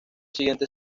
siguientes